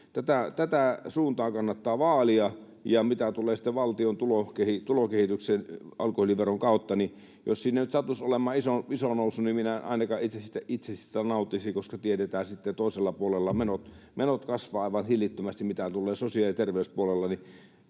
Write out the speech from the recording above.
Tätä suuntaa kannattaa vaalia. Ja mitä tulee sitten valtion tulokehitykseen alkoholiveron kautta, niin jos siellä nyt sattuisi olemaan iso nousu, niin minä en ainakaan itse siitä nauttisi, koska tiedetään sitten toiselta puolelta, että menot kasvavat aivan hillittömästi, mitä tulee sosiaali- ja terveyspuoleen.